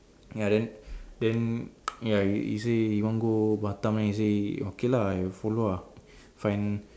ya then then ya he say he want go Batam than he say okay lah I follow ah find